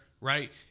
right